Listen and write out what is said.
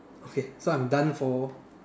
okay so I'm done for